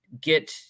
get